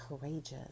courageous